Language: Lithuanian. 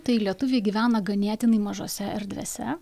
tai lietuviai gyvena ganėtinai mažose erdvėse